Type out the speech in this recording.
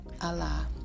Allah